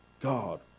God